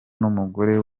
n’umugore